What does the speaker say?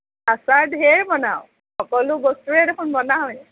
আচাৰ ঢেৰ বনাওঁ সকলো বস্তুৱেই দেখোন বনাওঁৱেই